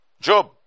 Job